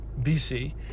bc